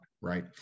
right